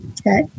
Okay